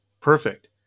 Perfect